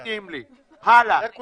על זה כולנו,